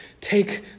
take